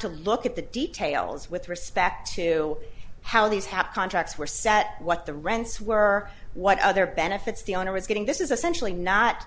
to look at the details with respect to how these hap contracts were set what the rents were what other benefits the owner is getting this is essentially not